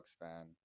fan